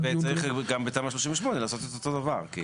וצריך גם בתמ"א 38 לעשות את אותו דבר.